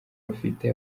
bafite